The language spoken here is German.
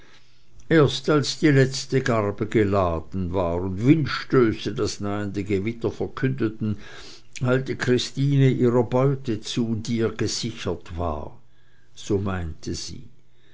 erst als die letzte garbe geladen war und windstöße das nahende gewitter verkündeten eilte christine ihrer beute zu die ihr gesichert war so meinte sie